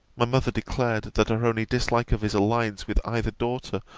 my mother declared, that her only dislike of his alliance with either daughter,